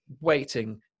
waiting